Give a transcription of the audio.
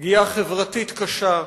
פגיעה חברתית קשה,